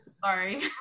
Sorry